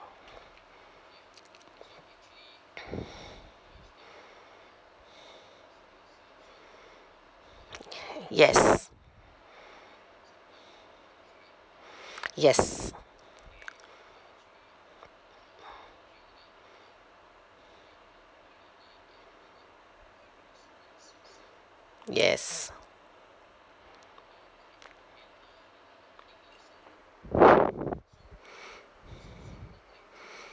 yes yes yes